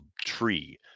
tree